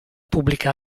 pubblica